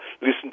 listen